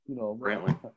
Brantley